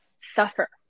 suffer